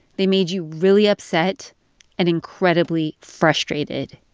they made you really upset and incredibly frustrated